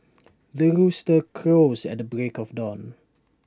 the rooster crows at the break of dawn